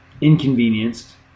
inconvenienced